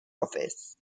office